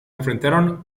enfrentaron